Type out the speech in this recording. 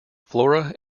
flora